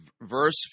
verse